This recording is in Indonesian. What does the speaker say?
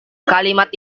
kalimat